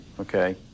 okay